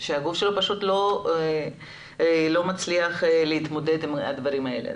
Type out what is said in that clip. שהגוף שלו פשוט לא מצליח להתמודד עם הדברים האלה.